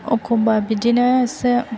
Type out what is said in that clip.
एखमबा बिदिनो सो